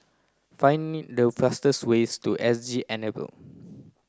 finding the ways to S G Enable